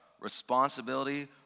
Responsibility